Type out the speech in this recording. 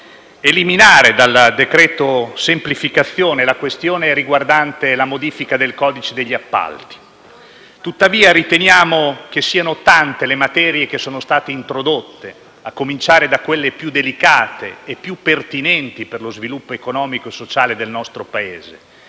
eliminare dal decreto semplificazione la questione riguardante la modifica del codice degli appalti. Tuttavia, riteniamo che siano tante le materie che sono state introdotte, a cominciare da quelle più delicate e pertinenti per lo sviluppo economico e sociale del nostro Paese: